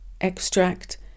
Extract